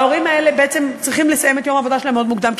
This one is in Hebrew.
ההורים האלה בעצם צריכים לסיים את יום העבודה שלהם מאוד מוקדם,